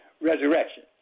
resurrection